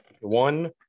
One